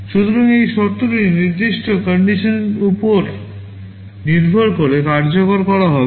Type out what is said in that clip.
সুতরাং এই শর্তটি নির্দিষ্ট CONDITIONAL উপর নির্ভর করে কার্যকর করা হবে